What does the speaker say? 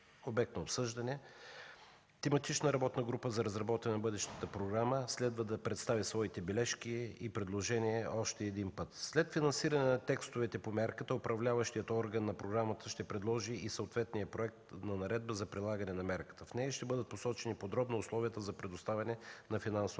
обект на обсъждане, тематична работна група за разработване на бъдещата програма следва да представи своите бележки и предложения още един път. След финансиране на текстовете по мярката управляващият орган на програмата ще предложи и съответния проект на наредба за прилагане на мярката. В нея ще бъдат посочени подробно условията за предоставяне на финансова